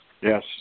Yes